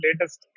latest